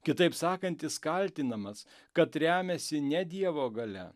kitaip sakant jis kaltinamas kad remiasi ne dievo galia